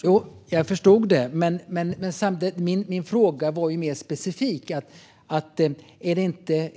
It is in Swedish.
Fru talman! Jag förstod det. Min fråga var mer specifik. Är det inte